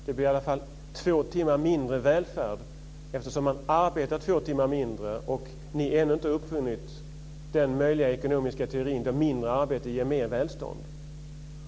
Det blir i alla fall två timmar mindre välfärd, eftersom man arbetar två timmar mindre och ni ännu inte uppfunnit den möjliga ekonomiska teorin där mindre arbete ger mer välstånd.